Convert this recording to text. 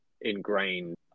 ingrained